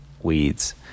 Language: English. weeds